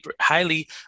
highly